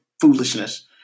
foolishness